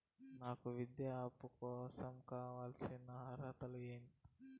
నాకు విద్యా అప్పు కోసం కావాల్సిన అర్హతలు ఏమి?